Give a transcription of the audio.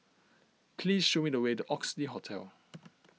please show me the way to Oxley Hotel